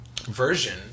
version